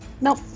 Nope